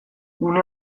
une